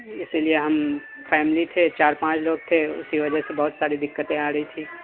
اسی لیے ہم فیملی تھے چار پانچ لوگ تھے اسی وجہ سے بہت ساری دقتیں آ رہی تھی